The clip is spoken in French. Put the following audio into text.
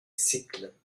cycles